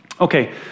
Okay